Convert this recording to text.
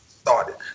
started